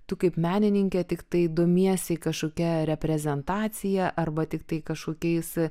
tu kaip menininkė tiktai domiesi kažkokia reprezentacija arba tiktai kažkokiais